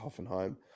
Hoffenheim